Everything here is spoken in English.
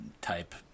type